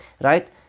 Right